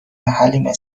حلیمه